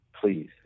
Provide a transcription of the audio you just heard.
Please